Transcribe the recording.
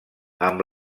amb